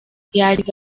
yagize